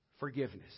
Forgiveness